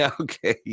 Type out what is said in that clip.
Okay